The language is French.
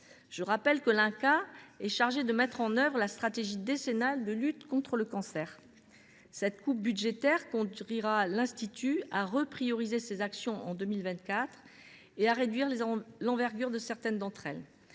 Je rappelle que l’INCa est chargée de mettre en œuvre la stratégie décennale de lutte contre le cancer. Cette coupe budgétaire conduira l’Institut à reprioriser ses actions en 2024 et à réduire l’envergure de certaines d’entre elles.